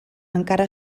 encara